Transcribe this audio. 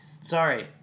Sorry